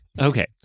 Okay